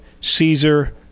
Caesar